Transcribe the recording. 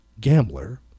gambler